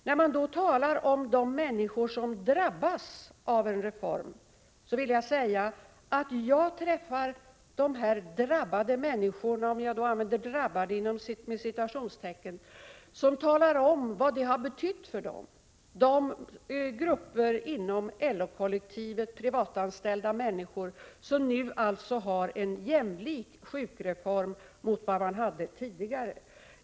När det talas om de människor som drabbas av en reform, vill jag säga — Prot. 1987/88:79 att jag träffar dessa ”drabbade” människor och de talar om vad reformen har 1 mars 1988 betytt för dem. Det gäller grupper inom LO-kollektivet, privatanställda människor som nu har en mer jämlik sjukförsäkring än de hade tidigare.